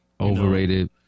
overrated